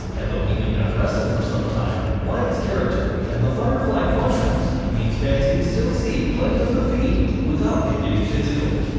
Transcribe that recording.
and although he may not wrestle for some time, wyatt's character and the firefly funhouse means fans can still see plenty of the fiend without him getting physical.